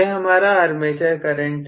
यह हमारा armature current है